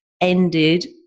ended